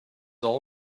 all